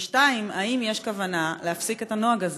2. האם יש כוונה להפסיק את הנוהג הזה,